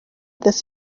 this